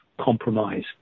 compromise